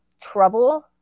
trouble